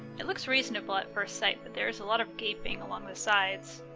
it looks reasonable at first sight, but there is a lot of gaping along the sides.